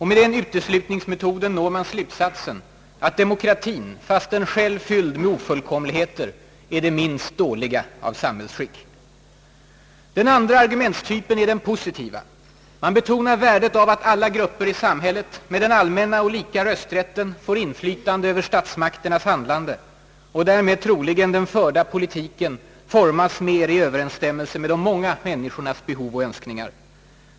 Med den uteslutningsmetoden når man slutsatsen att demokratien — fastän själv fylld med ofullkomligheter — är det minst dåliga av samhällsskick. Den andra argumentstypen är den »positiva». Man betonar värdet av att alla grupper i samhället med den allmänna och lika rösträtten får inflytande över statsmakternas handlande och därmed troligen den förda politiken formas mer i överensstämmelse med de många människornas behov och önskningar.